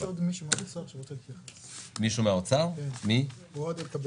יש עוד מישהו מהאוצר שרוצה להתייחס, אוהד אלקבץ.